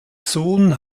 sohn